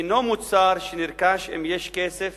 אינו מוצר שנרכש אם יש כסף